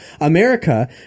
America